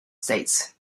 states